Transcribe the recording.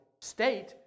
state